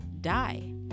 die